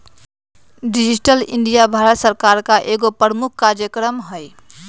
digital India Bharat सरकार का एगो प्रमुख काजक्रम हइ